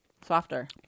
softer